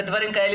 בדברים כאלה,